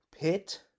pit